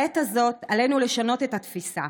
בעת הזאת עלינו לשנות את התפיסה